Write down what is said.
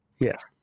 Yes